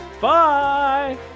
Bye